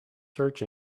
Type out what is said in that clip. search